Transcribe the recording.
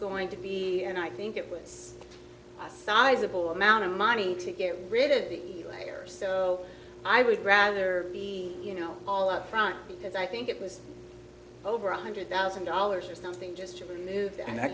going to be and i think it was a sizable amount of money to get rid of the layers so i would rather be you know all up front because i think it was over one hundred thousand dollars or something just for news and i